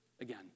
again